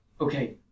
Okay